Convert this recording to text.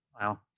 Wow